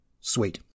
Sweet